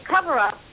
cover-up